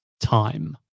time